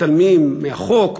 מתעלמים מהחוק,